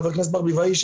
חברת הכנסת ברביבאי,